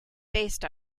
based